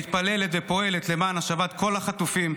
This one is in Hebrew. מתפללת ופועלת למען השבת כל החטופים,